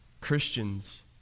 Christians